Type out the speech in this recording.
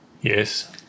yes